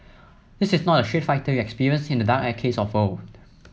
this is not the Street Fighter you experienced in the dark arcades of old